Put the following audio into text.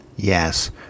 yes